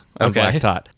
okay